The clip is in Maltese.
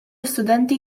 istudenti